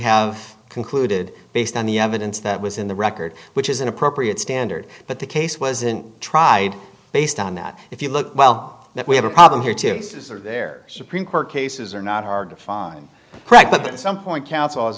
have concluded based on the evidence that was in the record which is an appropriate standard but the case wasn't tried based on that if you look well that we have a problem here too there supreme court cases are not hard to find correct but at some point counsel has